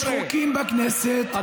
יש חוקים בכנסת,